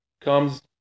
comes